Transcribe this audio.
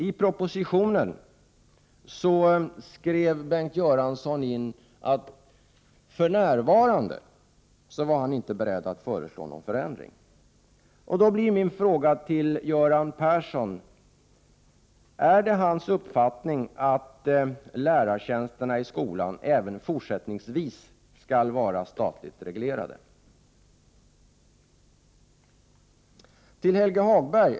I propositionen skrev Bengt Göransson in att han för närvarande inte var beredd att föreslå någon förändring. Då blir min fråga till Göran Persson, om det är hans uppfattning att lärartjänsterna i skolan även fortsättningsvis skall vara statligt reglerade.